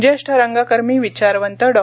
ज्येष्ठ रंगकर्मी विचारवंत डॉ